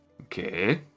okay